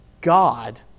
God